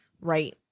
Right